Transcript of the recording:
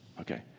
Okay